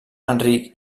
enric